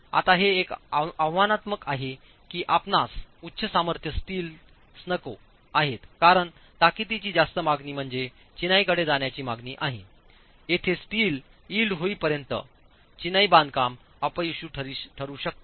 आता हे एक आव्हानात्मक आहे की आपणास उच्च सामर्थ्य स्टील्स नको आहेत कारण ताकदीची जास्त मागणी म्हणजे चिनाईकडे जाण्याची मागणी आहे येथे स्टील इल्ड होय पर्यंत चीनई बांधकाम अपयशी ठरु शकते